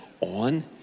on